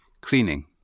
cleaning